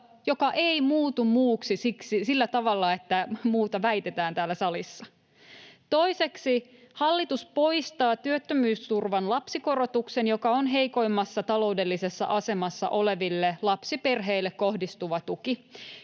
joka ei muutu muuksi sillä tavalla, että muuta väitetään täällä salissa. Toiseksi, hallitus poistaa työttömyysturvan lapsikorotuksen, joka on heikoimmassa taloudellisessa asemassa oleville lapsiperheille kohdistuva tuki.